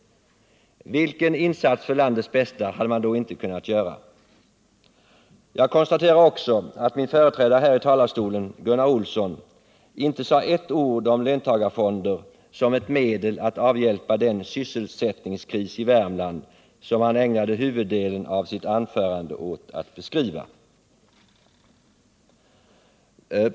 Vilken insats för landets bästa hade man då inte kunnat göra! Jag konstaterar också att min företrädare här i talarstolen, Gunnar Olsson, inte sade ett ord om löntagarfonder som ett medel att avhjälpa den sysselsättningskris i Värmland som han ägnade huvuddelen av sitt anförande åt att beskriva.